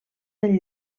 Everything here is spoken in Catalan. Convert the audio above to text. del